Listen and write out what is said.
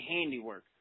handiwork